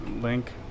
link